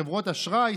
חברות אשראי,